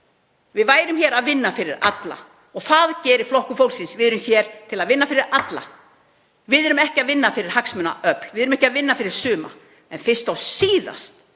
við erum hér til að vinna fyrir alla. Það gerir Flokkur fólksins. Við erum hér til að vinna fyrir alla. Við erum ekki að vinna fyrir hagsmunaöfl. Við erum ekki að vinna fyrir suma. Fyrst og síðast